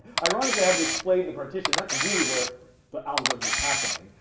ironically i haven't explained the partition. that's really where the algorithm is happening,